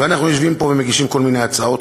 אנחנו יושבים פה ומגישים כל מיני הצעות